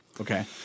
Okay